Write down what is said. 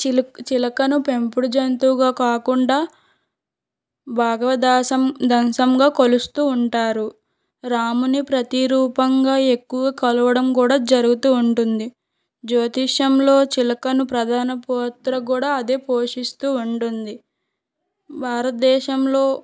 చిలక చిలకను పెంపుడు జంతువుగా కాకుండా భగవాన్ దాసిగా దాసిగా కొలుస్తూ ఉంటారు రాముని ప్రతిరూపంగా ఎక్కువ కొలవడం కూడా ఎక్కువగా జరుగుతూ ఉంటుంది జ్యోతిష్యంలో చిలకను ప్రధాన పాత్రకి కూడా అదే పోషిస్తూ ఉంటుంది భారతదేశంలో